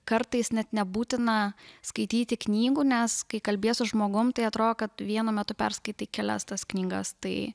kartais net nebūtina skaityti knygų nes kai kalbies su žmogum tai atro kad vienu metu perskaitai kelias tas knygas tai